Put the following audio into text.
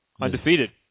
undefeated